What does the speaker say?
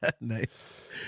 Nice